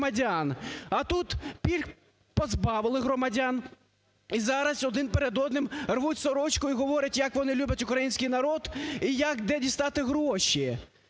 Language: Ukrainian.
А тут пільг позбавили громадян - і зараз один перед одним рвуть сорочку і говорять, як вони люблять український народ і як, де дістати гроші.